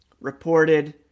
reported